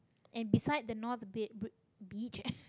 and beside the north-be~ bri~ beach